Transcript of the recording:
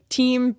team